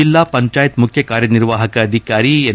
ಜಿಲ್ಲಾ ಪಂಚಾಯತಿ ಮುಖ್ಯ ಕಾರ್ಯನಿರ್ವಾಹಕ ಅಧಿಕಾರಿ ಎನ್